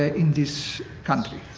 ah in this country